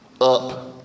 up